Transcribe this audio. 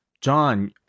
John